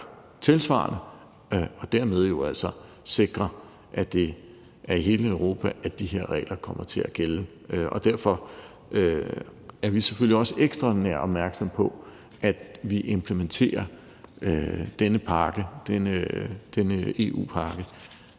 tilsvarende, og dermed jo altså sikrer, at det er i hele Europa, de her regler kommer til at gælde. Derfor er vi selvfølgelig også ekstraordinært opmærksomme på, at vi implementerer denne pakke, denne EU-pakke,